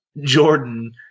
Jordan